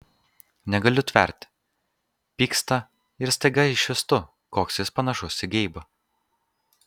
negaliu tverti pyksta ir staiga išvystu koks jis panašus į geibą